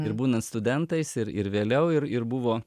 ir būnan studentais ir ir vėliau ir ir buvo